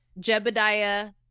Jebediah